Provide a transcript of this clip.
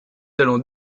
talents